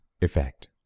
effect